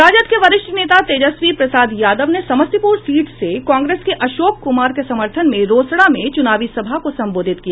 राजद के वरिष्ठ नेता तेजस्वी प्रसाद यादव ने समस्तीपुर सीट से कांग्रेस के अशोक कुमार के समर्थन में रोसड़ा में चूनावी सभा को संबोधित किया